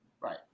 Right